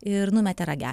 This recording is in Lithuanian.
ir numetė ragelį